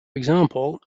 example